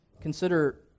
Consider